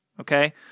Okay